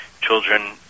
children